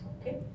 okay